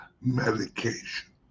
medication